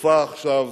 צופה עכשיו